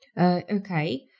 Okay